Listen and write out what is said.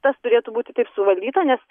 tas turėtų būti tik suvaldyta nes